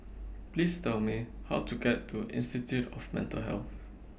Please Tell Me How to get to Institute of Mental Health